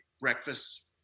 breakfast